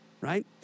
right